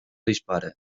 dispare